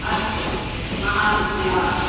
अस्तु महान् धन्यवादः